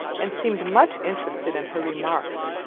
and seemed much interested in her remarks,